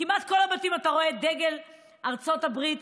כמעט על כל הבתים אתה רואה דגל ארצות הברית,